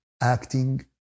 acting